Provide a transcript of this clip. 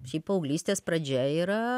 šiaip paauglystės pradžia yra